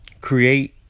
Create